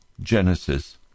Genesis